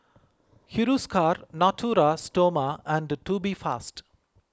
Hiruscar Natura Stoma and Tubifast